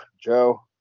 Joe